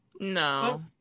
No